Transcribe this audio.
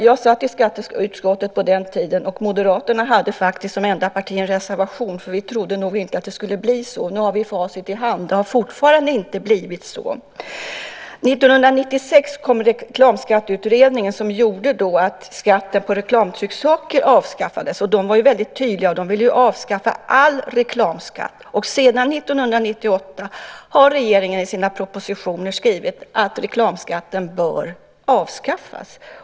Jag satt i skatteutskottet på den tiden, och Moderaterna hade faktiskt som enda parti en reservation eftersom vi inte trodde att det skulle bli så. Nu har vi facit i hand, och reklamskatten har fortfarande inte avskaffats. 1996 kom Reklamskatteutredningen, vilken ledde till att skatten på reklamtrycksaker avskaffades. Reklamskatteutredningen var väldigt tydlig och ville avskaffa all reklamskatt. Och sedan 1998 har regeringen i sina propositioner skrivit att reklamskatten bör avskaffas.